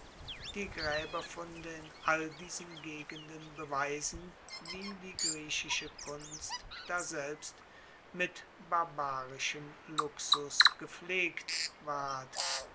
die graeberfunde in all diesen gegenden beweisen wie die griechische kunst daselbst mit barbarischem luxus gepflegt ward